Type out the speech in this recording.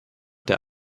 der